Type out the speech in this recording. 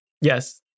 Yes